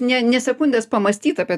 nė nė sekundės pamąstyt apie